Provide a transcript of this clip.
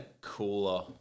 cooler